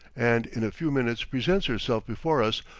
and in a few minutes presents herself before us,